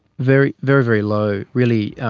very, very very low really.